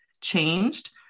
changed